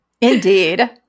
Indeed